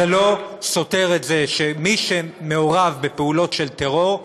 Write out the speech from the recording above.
זה לא סותר את זה שמי שמעורב בפעולות של טרור,